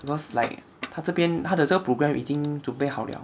because like 他这边他的这个 program 已经准备好了